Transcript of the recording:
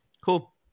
Cool